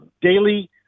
daily